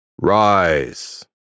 Rise